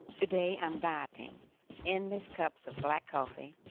today, i'm dieting endless cups of black coffee,